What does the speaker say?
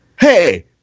Hey